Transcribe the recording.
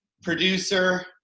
producer